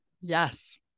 Yes